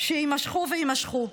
שיימשכו ויימשכו.